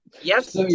Yes